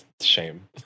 shame